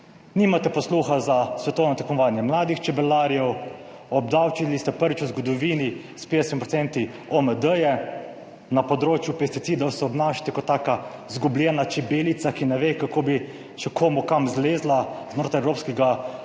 Nimate posluha za svetovno tekmovanje mladih čebelarjev, obdavčili ste prvič v zgodovini s 50 % OMD-je, na področju pesticidov se obnašate kot taka izgubljena čebelica, ki ne ve, kako bi še komu kam zlezla znotraj evropskega